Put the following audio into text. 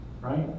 right